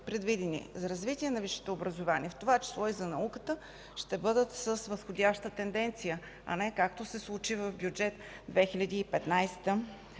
предвидени за развитие на висшето образование, в това число за науката, ще бъдат с възходяща тенденция, а не, както се случи в Бюджет 2015 г.